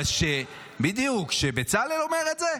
אבל כשבצלאל אומר את זה?